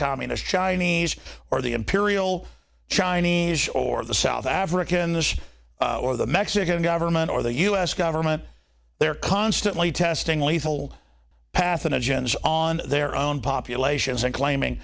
communist chinese or the imperial chinese or the south africans or the mexican government or the us government they are constantly testing lethal pathogens on their own populations and claiming